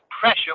pressure